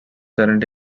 current